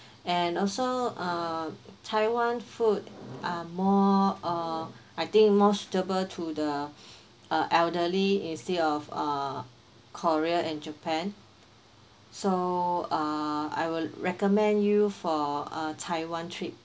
and also uh taiwan food are more uh I think more suitable to the uh elderly instead of uh korea and japan so uh I will recommend you for uh taiwan trip